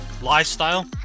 lifestyle